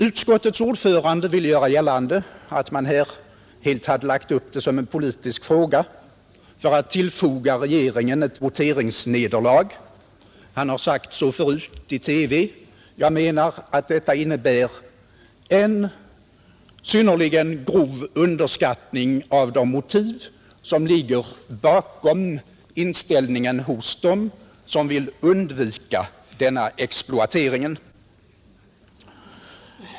Utskottets ordförande ville göra gällande att man helt hade lagt upp det som en politisk fråga för att tillfoga regeringen ett voteringsnederlag, och han har sagt så förut i TV. Jag menar att detta innebär en synnerligen grov underskattning av de motiv som ligger bakom inställningen hos dem som vill undvika denna exploatering.